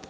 Što